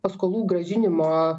paskolų grąžinimo